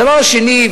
הדבר השני,